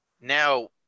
now